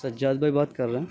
سجاد بھائی بات کر رہے ہیں